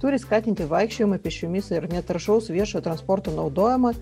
turi skatinti vaikščiojimą pėsčiomis ir netaršaus viešojo transporto naudojimą